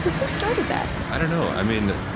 who started that? i don't know. i mean,